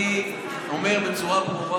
אני אומר בצורה ברורה